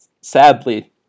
Sadly